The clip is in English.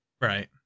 Right